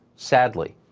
sadly.